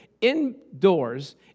indoors